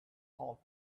called